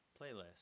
playlist